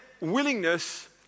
willingness